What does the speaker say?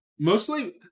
Mostly